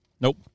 Nope